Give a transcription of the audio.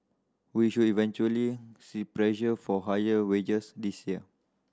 we should eventually see pressure for higher wages this year